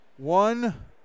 One